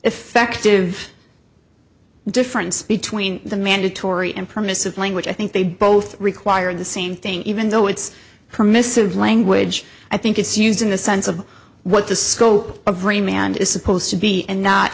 effective difference between the mandatory and permissive language i think they both require the same thing even though it's permissive language i think it's used in the sense of what the scope of or a man is supposed to be and not